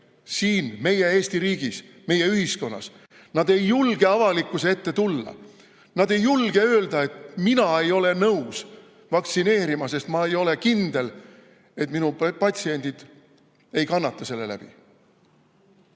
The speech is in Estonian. siin, Eesti riigis, meie ühiskonnas – nad ei julge avalikkuse ette tulla. Nad ei julge öelda, et mina ei ole nõus vaktsineerima, sest ma ei ole kindel, et minu patsiendid ei kannata selle